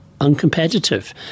uncompetitive